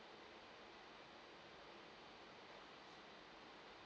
um